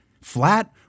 flat